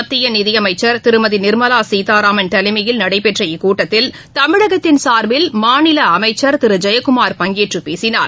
மத்தியநிதியமைச்சர் திருமதிநிர்மலாசீதாராமன் தலைமையில் நடைபெற்ற இக்கூட்டத்தில் தமிழகத்தின் சார்பில் மாநிலஅமைச்சர் திருஜெயக்குமார் பங்கேற்றுபேசினார்